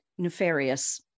nefarious